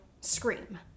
Scream